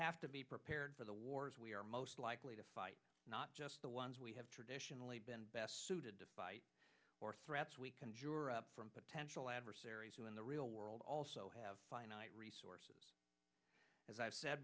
have to be prepared for the wars we are most likely to fight not just the ones we have traditionally been best suited to fight for threats we can from potential adversaries who in the real world also have finite resources as i've said